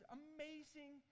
amazing